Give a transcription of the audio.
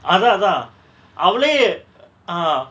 அதா அதா அவளயே:atha atha avalaye ah